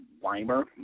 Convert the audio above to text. Weimer